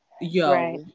yo